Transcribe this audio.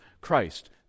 Christ